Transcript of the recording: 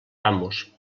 amos